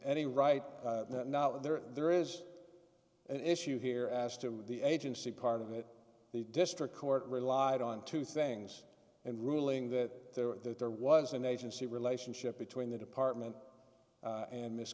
any right now there is an issue here as to the agency part of it the district court relied on two things and ruling that there were that there was an agency relationship between the department and miss